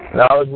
Now